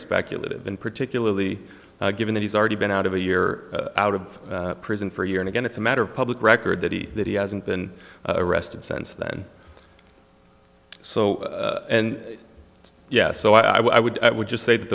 speculative and particularly given that he's already been out of a year out of prison for a year and again it's a matter of public record that he that he hasn't been arrested since then so it's yes so i would i would just say that